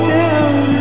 down